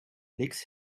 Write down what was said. licks